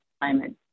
climate